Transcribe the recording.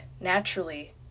naturally